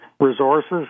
resources